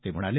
ते म्हणाले